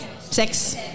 sex